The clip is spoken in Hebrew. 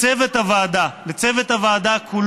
לצוות הוועדה כולו,